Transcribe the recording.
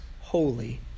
holy